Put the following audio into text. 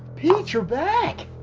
pete you're back.